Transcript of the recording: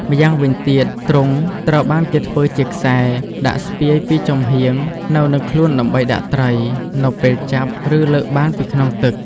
ម្យ៉ាងវិញទៀត ទ្រុងត្រូវបានគេធ្វើជាខ្សែ ដាក់ស្ពាយពីចំហៀង នៅនឹងខ្លួនដើម្បីដាក់ត្រី នៅពេលចាប់ ឬលើកបានពីក្នុងទឹក។